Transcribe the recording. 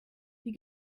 die